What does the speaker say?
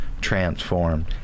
transformed